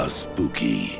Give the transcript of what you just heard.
spooky